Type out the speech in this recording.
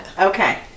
Okay